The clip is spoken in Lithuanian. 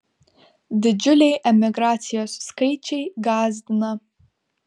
didžiuliai emigracijos skaičiai gąsdina